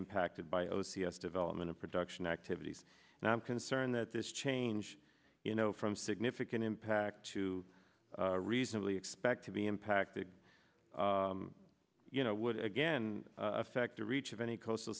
impacted by o c s development of production activities and i'm concerned that this change you know from significant impact to reasonably expect to be impacted you know would again affect the reach of any coastal